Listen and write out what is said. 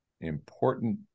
important